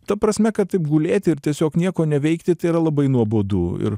ta prasme kad taip gulėti ir tiesiog nieko neveikti tai yra labai nuobodu ir